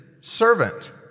servant